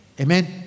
Amen